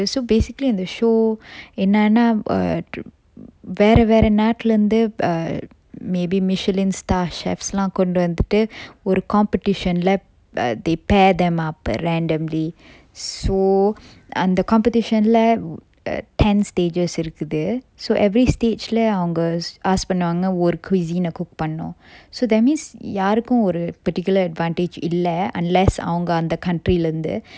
so basically in the show என்னன்னா:ennanna err வேற வேற நாட்லந்து:vera vera natlanthu err maybe michelin starred chefs lah கொண்டு வந்துட்டு ஒரு:kondu vanthuttu oru competition lah they pair them up randomly so அந்த:antha competition lah ten stages இருக்குது:irukkkuthu so every stage lah அவங்க:avanga ask பண்ணுவாங்க ஒரு:pannuvanga oru cuisine ah cook பண்ணும்:pannum so that means யாருக்கும் ஒரு:yarukkum oru particular advantage இல்ல:illa unless அவங்க அந்த:avanga antha country lah இருந்து:irunthu